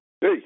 Hey